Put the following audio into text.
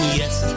yes